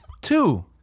Two